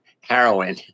heroin